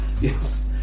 yes